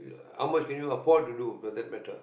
how much can you afford to do to that matter